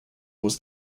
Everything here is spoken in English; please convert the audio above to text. was